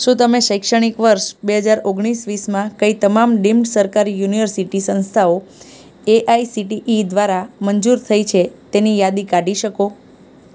શું તમે શૈક્ષણિક વર્ષ બે હજાર ઓગણીસ વીસમાં કઈ તમામ ડિમ સરકારી યુનિવર્સિટી સંસ્થાઓ એઆઇસીટીઇ દ્વારા મંજૂર થઇ છે તેની યાદી કાઢી શકો